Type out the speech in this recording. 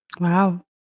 Wow